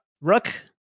Rook